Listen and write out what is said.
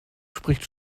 spricht